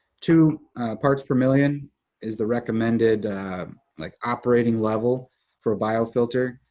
two parts per million is the recommended like operating level for a biofilter.